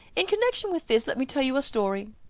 in connection with this, let me tell you a story.